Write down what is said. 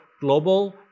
global